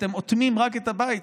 אתם אוטמים רק את הבית,